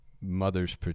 mothers